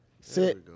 Sit